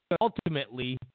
ultimately